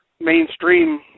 mainstream